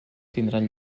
tindran